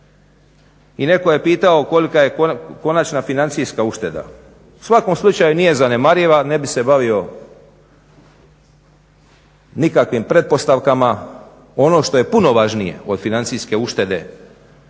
I netko je pitao kolika je konačna financijska ušteda? U svakom slučaju nije zanemariva. Ne bih se bavio nikakvim pretpostavkama, ono što je puno važnije od financijske uštede